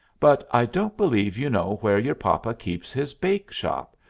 but i don't believe you know where your papa keeps his bake-shop,